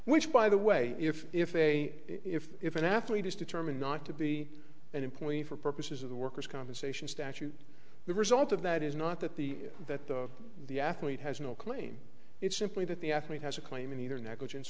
which by the way if if a if if an athlete is determined not to be an employee for purposes of the worker's compensation statute the result of that is not that the that the the athlete has no claim it's simply that the athlete has a claim in either negligence